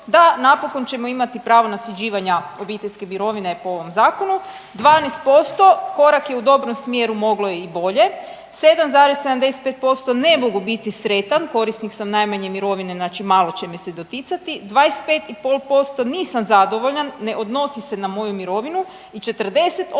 da napokon ćemo imati pravo na sređivanja obiteljske mirovine po ovom zakonu, 12% korak je u dobrom smjeru moglo je i bolje, 7,75% ne mogu biti sretan korisnik sam najmanje mirovine znači malo će me se doticati, 25,5% nisam zadovoljan ne odnosi se na moju mirovinu i 48,9%